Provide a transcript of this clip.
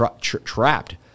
trapped